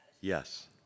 Yes